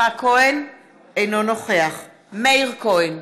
אינו נוכח מאיר כהן,